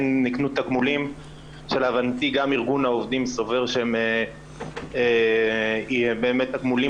ניתנו תגמולים שלהבנתי גם ארגון העובדים סובר שהם באמת תגמולים